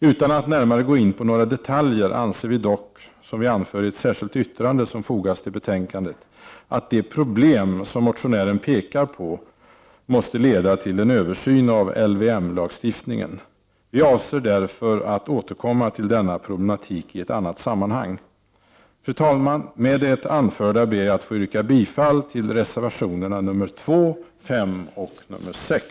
Utan att närmare gå in på några detaljer anser vi dock, som vi anför i ett särskilt yttrande som fogats till betänkandet, att de problem som motionären pekar på måste leda till en översyn av LVM lagstiftningen. Vi avser därför att återkomma till denna problematik i annat sammanhang. Fru talman! Med det anförda ber jag att få yrka bifall till reservationerna nr 2, 5 och 6.